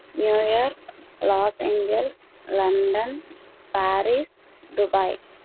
New York Los Angeles London Paris Dubai